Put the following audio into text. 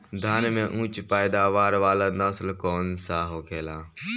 धान में उच्च पैदावार वाला नस्ल कौन सा होखेला?